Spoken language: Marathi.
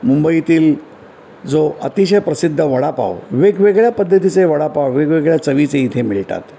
मुंबईतील जो अतिशय प्रसिद्ध वडापाव वेगवेगळ्या पद्धतीचे वडापाव वेगवेगळ्या चवीचे इथे मिळतात